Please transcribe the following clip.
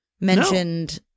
mentioned